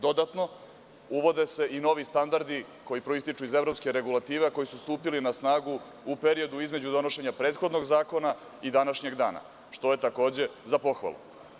Dodatno, uvode se i novi standardi koji proističu iz evropske regulative, a koji su stupili na snagu u periodu između donošenja prethodnog zakona i današnjeg dana, što je takođe za pohvalu.